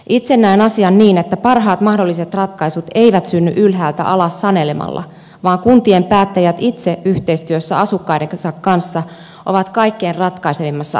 itse näen asian niin että parhaat mahdolliset ratkaisut eivät synny ylhäältä alas sanelemalla vaan kuntien päättäjät itse yhteistyössä asukkaidensa kanssa ovat kaikkein ratkaisevimmassa asemassa